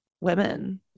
women